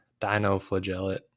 dinoflagellate